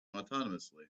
autonomously